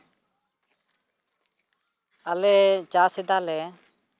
ᱟᱞᱮ ᱪᱟᱥᱮᱫᱟᱞᱮ